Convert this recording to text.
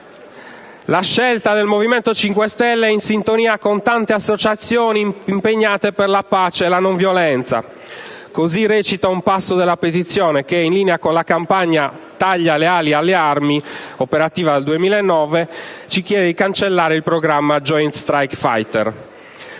La scelta del Movimento Cinque 5 Stelle è in sintonia con le tante associazioni impegnate per la pace e la non violenza. Così recita un passo della petizione, con cui in linea con la campagna «Taglia le ali alle armi», operativa dal 2009, si chiede di cancellare il programma Joint strike fighter.